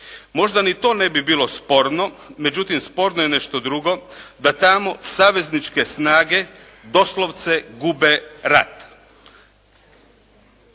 Možda ni to ne bi bilo sporno, međutim sporno je nešto drugo, da tamo savezničke snage doslovce gube rat.